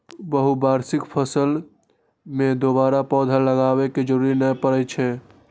बहुवार्षिक फसल मे दोबारा पौधा लगाबै के जरूरत नै पड़ै छै